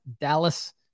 Dallas